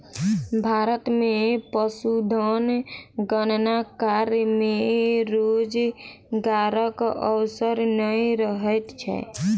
भारत मे पशुधन गणना कार्य मे रोजगारक अवसर नै रहैत छै